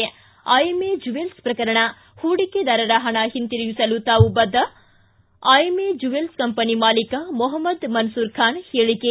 ಿ IMA jewels ಪ್ರಕರಣ ಹೂಡಿಕೆದಾರರ ಹಣ ಹಿಂತಿರುಗಿಸಲು ತಾವು ಸಿದ್ದ ಐಎಂಎ ಜುವೇಲ್ಸ್ ಕಂಪನಿ ಮಾಲೀಕ ಮೊಹಮ್ನದ ಮನ್ಸೂರ್ ಖಾನ್ ಹೇಳಿಕೆ